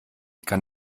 kann